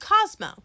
Cosmo